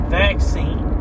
vaccine